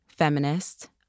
feminist